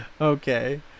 Okay